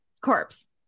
corpse